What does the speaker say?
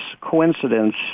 coincidence